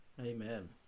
Amen